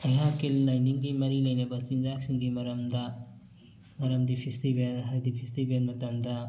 ꯑꯩꯍꯥꯛꯀꯤ ꯂꯥꯏꯅꯤꯡꯒꯤ ꯃꯔꯤ ꯂꯩꯅꯕ ꯆꯤꯟꯖꯥꯛꯁꯤꯡꯒꯤ ꯃꯔꯝꯗ ꯃꯔꯝꯗꯤ ꯐꯦꯁꯇꯤꯚꯦꯜ ꯍꯥꯏꯗꯤ ꯐꯦꯁꯇꯤꯚꯦꯜ ꯃꯇꯝꯗ